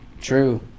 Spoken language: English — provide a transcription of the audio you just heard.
true